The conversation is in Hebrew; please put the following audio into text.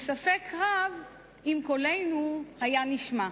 וספק רב אם קולנו היה נשמע.